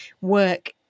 work